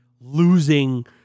losing